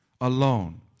alone